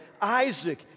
Isaac